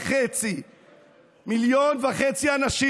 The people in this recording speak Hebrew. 1.5 מיליון אנשים,